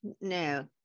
No